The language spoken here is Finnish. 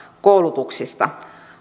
koulutuksista